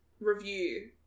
review